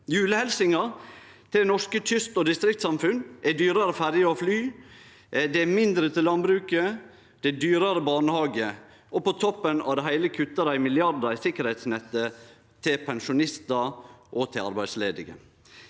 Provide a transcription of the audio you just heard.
Julehelsinga til norskekysten og distriktssamfunn er dyrare ferje og fly, det er mindre til landbruket, det er dyrare barnehage, og på toppen av det heile kuttar dei milliardar i sikkerheitsnettet til pensjonistar og til arbeidsledige.